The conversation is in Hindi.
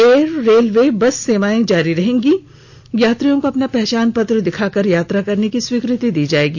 एयर रेलवे बस सेवाएं जारी रहेंगी यात्रियों को अपना पहचान पत्र दिखाकर यात्रा करने की स्वीकृति दी जायेगी